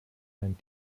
einen